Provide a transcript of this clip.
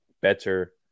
Better